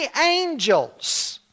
angels